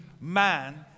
man